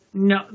no